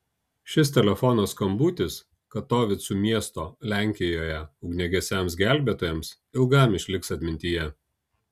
šis telefono skambutis katovicų miesto lenkijoje ugniagesiams gelbėtojams ilgam išliks atmintyje